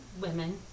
women